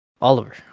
Oliver